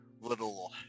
little